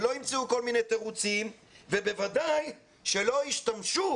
ולא ימצאו כל מיני תירוצים ובוודאי שלא ישתמשו